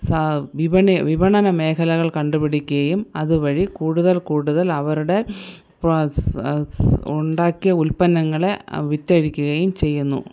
സ വിപണി വിപണന മേഖലകൾ കണ്ടുപിടിക്കുകയും അതുവഴി കൂടുതൽ കൂടുതൽ അവരുടെ പ സ സ് ഉണ്ടാക്കിയ ഉൽപന്നങ്ങളെ വിറ്റഴിക്കുകയും ചെയ്യുന്നു